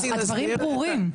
הדברים ברורים.